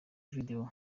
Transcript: video